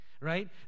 right